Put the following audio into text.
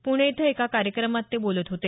पूणे इथं एका कार्यक्रमात ते बोलत होते